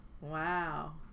Wow